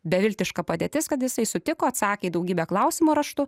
beviltiška padėtis kad jisai sutiko atsakė į daugybę klausimų raštu